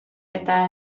eta